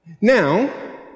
Now